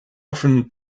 often